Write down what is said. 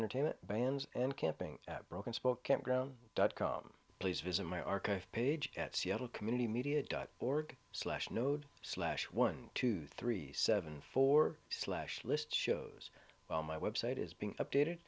entertainment vans and camping at broken spoke campground dot com please visit my archive page at seattle community media dot org slash node slash one two three seven four slash list shows on my website is being updated